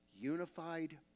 unified